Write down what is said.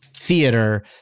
theater